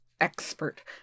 expert